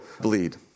bleed